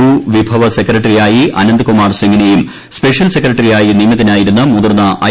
ഭൂവിഭവ സെക്രട്ടറിയായി അനന്ത് കുമാർ സിങ്ങിനെയും സ്പെഷ്യൽ സെക്രട്ടറിയായി നിയമിതനായിരുന്ന മുതിർന്ന ഐ